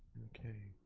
okay,